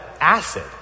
acid